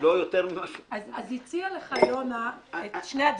אז הציע לך יונה את שני הדברים,